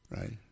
right